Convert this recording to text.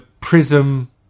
prism